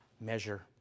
measure